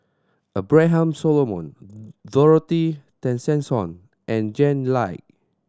Abraham Solomon Dorothy Tessensohn and Jack Lai